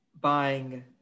buying